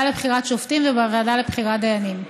לבחירת שופטים ובוועדה לבחירת דיינים.